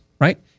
right